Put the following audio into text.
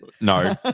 No